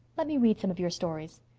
let me read some of your stories.